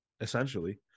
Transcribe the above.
Essentially